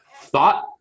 Thought